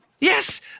Yes